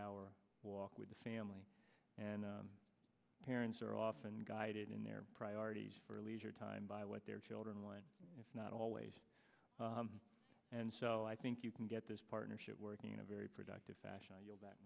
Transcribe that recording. hour walk with the family and parents are often guided in their priorities for leisure time by what their children want it's not always and so i think you can get this partnership working in a very productive fashion